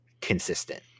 consistent